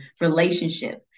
relationship